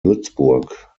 würzburg